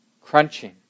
crunching